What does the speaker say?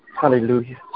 Hallelujah